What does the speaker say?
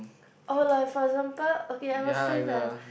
or like for example okay I will sing the